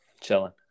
Chilling